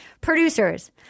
Producers